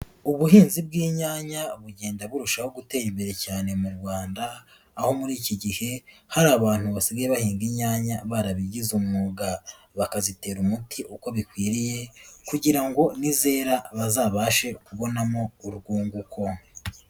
Ubuhinzi bw'inyanya bugenda burushaho gutera imbere cyane mu Rwanda, aho muri iki gihe hari abantu basigaye bahinga inyanya barabigize umwuga. Bakazitera umuti uko bikwiriye kugira ngo nizera bazabashe kubonamo urwunguko.